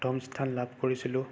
প্ৰথম স্থান লাভ কৰিছিলোঁ